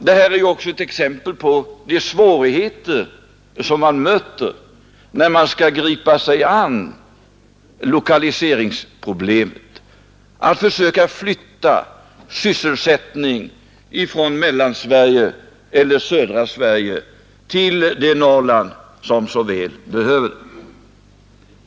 Detta är ett exempel på de svårigheter som man möter, när man skall gripa sig an med lokaliseringsproblemen och försöka flytta sysselsättning från Mellansverige eller södra Sverige till det Norrland som så väl behöver den.